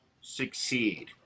succeed